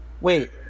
Wait